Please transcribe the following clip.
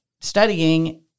studying